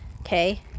Okay